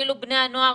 אפילו בני הנוער,